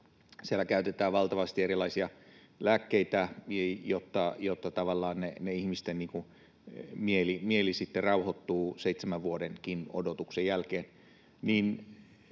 Siellä käytetään valtavasti erilaisia lääkkeitä, jotta tavallaan ihmisten mieli sitten rauhoittuu seitsemän vuodenkin odotuksen jälkeen.